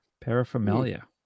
paraphernalia